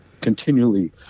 continually